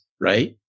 Right